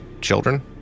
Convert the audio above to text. children